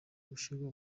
gushyirwa